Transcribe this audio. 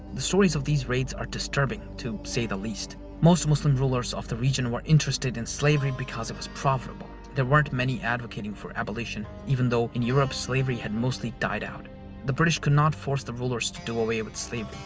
the stories of those raids are disturbing, to say the least. most muslim rulers of the region were interested in slavery because it was profitable. there weren't many advocating for abolition, even though, in europe, slavery had mostly died out the british could not force the rulers to do away with slavery.